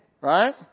Right